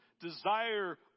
desire